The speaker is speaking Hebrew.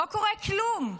לא קורה כלום.